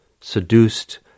seduced